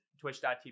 twitch.tv